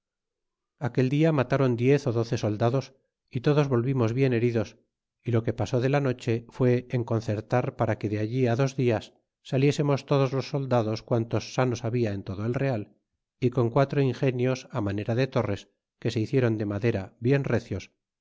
aquel dia matron diez á doce soldados y todos volvimos bien heridos y lo que pasé de la noche fué en concertar para que de ahí á dos dias saliésemos todos los soldados quantos sanos habla en todo el real y con quatro ingenios manera de torres que se hl ciéron de madera bien recios